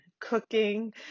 cooking